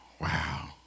Wow